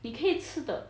你可以吃的